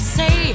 say